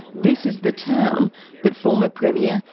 this is the town that former premier,